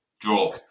draw